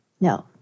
no